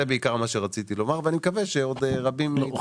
זה בעיקר מה שרציתי לומר ואני מקווה שעוד רבים יתמכו.